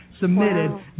submitted